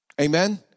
Amen